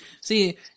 See